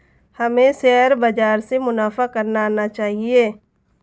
हमें शेयर बाजार से मुनाफा करना आना चाहिए